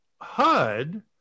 HUD